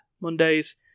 Monday's